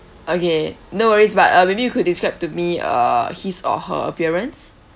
okay no worries but uh maybe you could describe to me uh his or her appearance